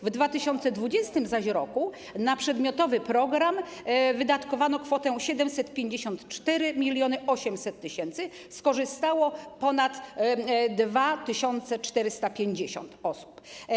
W 2020 r. na przedmiotowy program wydatkowano zaś kwotę 754 800 tys., skorzystało z tego ponad 2450 osób.